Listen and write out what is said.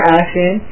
action